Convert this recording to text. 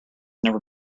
never